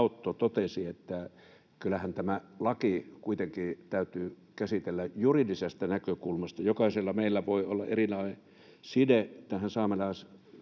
Autto totesi, että kyllähän tämä laki kuitenkin täytyy käsitellä juridisesta näkökulmasta. Jokaisella meillä voi olla erilainen side tähän saamelaiskysymykseen